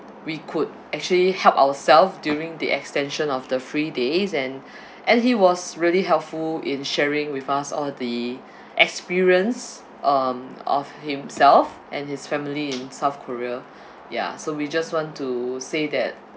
we could actually help ourself during the extension of the free days and and he was really helpful in sharing with us all the experience um of himself and his family in south korea ya so we just want to say that